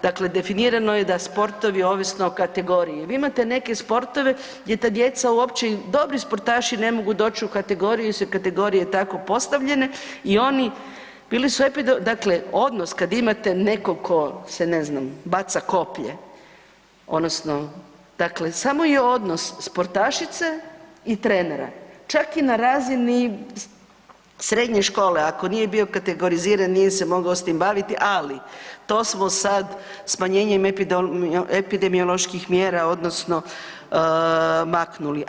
Dakle, definirano je da sportovi ovisno o kategoriji, vi imate neke sportove gdje ta djeca uopće i dobri sportaši ne mogu doći u kategoriju jer su kategorije tako postavljene i oni bili su, dakle odnos kad imate nekog tko se ne znam baca koplje odnosno dakle samo je odnos sportašice i trenera čak i na razini srednje škole, ako nije bio kategoriziran nije se mogao s tim baviti, ali to smo sam smanjenjem epidemioloških mjera odnosno maknuli.